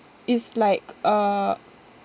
is like uh